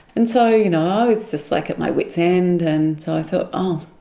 and so, you know, i was just like at my wits end and so i thought, oh,